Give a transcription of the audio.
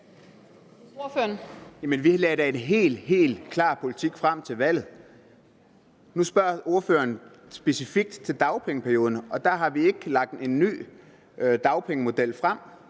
vi lagde da en helt, helt klar politik frem op til valget. Nu spørger ordføreren specifikt til dagpengeperioden, og der har vi ikke lagt en ny dagpengemodel frem.